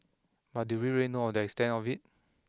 but do we really know the extent of it